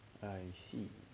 I see